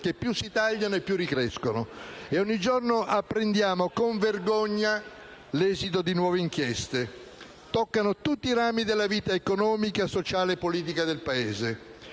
che più si tagliano, più ricrescono. Ogni giorno apprendiamo con vergogna l'esito di nuove inchieste, che toccano tutti i rami della vita economica, sociale e politica del Paese,